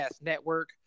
Network